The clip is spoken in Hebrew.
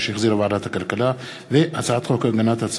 ואני לא רוצה כרגע להיכנס לוויכוח עם הסיעות החרדיות,